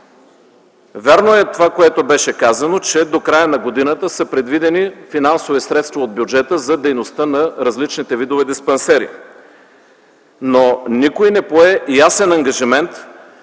Вярно е това, което беше казано, че до края на годината са предвидени финансови средства от бюджета за дейността на различните видове диспансери, но никой не пое ясен ангажимент